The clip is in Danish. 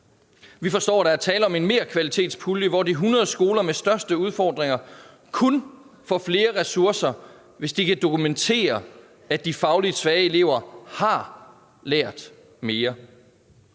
Vi forstår, at der er tale om merkvalitetspulje, hvor de 100 skoler med de største udfordringer kun får flere ressourcer, hvis de kan dokumentere, at de fagligt svage elever har lært mere.